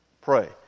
pray